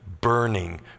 burning